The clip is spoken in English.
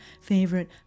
favorite